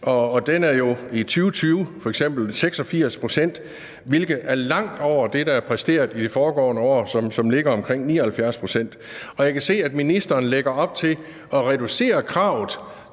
som jo i 2020 f.eks. er 86 pct., hvilket er langt over det, der er præsteret i det foregående år, og som ligger omkring 79 pct., og jeg kan se, at ministeren lægger op til at reducere kravet